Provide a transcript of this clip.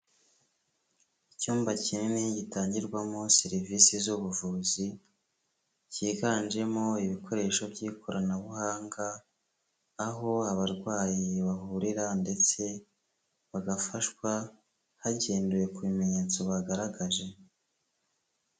Icyumba kinini gitangirwamo serivisi z'ubuvuzi, cyiganjemo ibikoresho by'ikoranabuhanga, aho abarwayi bahurira ndetse bagafashwa, hagendewe ku bimenyetso bagaragaje.